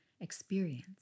experience